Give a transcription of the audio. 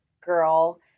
girl